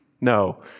No